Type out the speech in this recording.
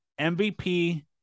MVP